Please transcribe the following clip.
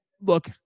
look